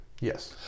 Yes